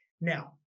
Now